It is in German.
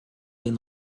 den